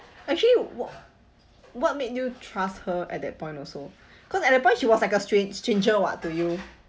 actually what what made you trust her at that point also cause at that point she was like a stra~ stranger [what] to you